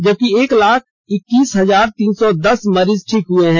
जबकि एक लाख इक्सीस हजार तीन सौ दस मरीज ठीक हुए हैं